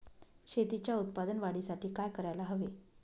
शेतीच्या उत्पादन वाढीसाठी काय करायला हवे?